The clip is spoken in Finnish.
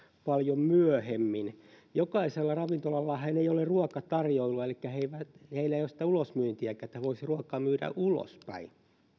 paljon myöhemmin jokaisella ravintolallahan ei ole ruokatarjoilua elikkä heillä ei ole sitä ulosmyyntiäkään niin että voisi ruokaa myydä ulospäin